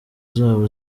zabo